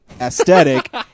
aesthetic